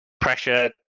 pressure